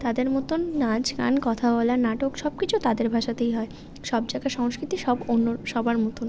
তাদের মতোন নাচ গান কথা বলা নাটক সব কিছু তাদের ভাষাতেই হয় সব জায়গায় সংস্কৃতি সব অন্য সবার মতোন